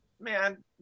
man